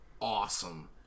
awesome